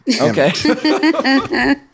Okay